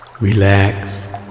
Relax